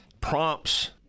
prompts